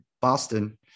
Boston